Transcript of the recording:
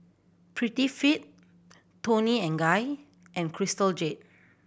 Prettyfit Toni and Guy and Crystal Jade